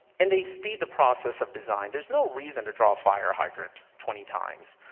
and they speed the process of design. there's no reason to draw a fire hydrant twenty times.